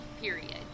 period